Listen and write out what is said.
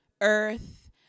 earth